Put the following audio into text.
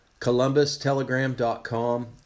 ColumbusTelegram.com